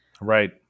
Right